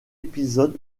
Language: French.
épisode